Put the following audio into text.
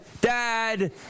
dad